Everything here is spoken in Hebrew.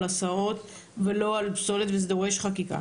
הסעות ולא על פסולת וזה דורש חקיקה,